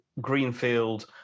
greenfield